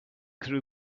through